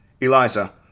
Eliza